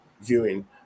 viewing